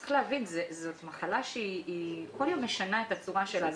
צריך להבין שזאת מחלה שהיא כל יום משנה את הצורה שלה.